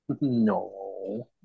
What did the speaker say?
No